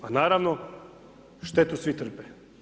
A naravno, štetu svi trpe.